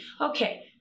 Okay